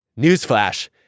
Newsflash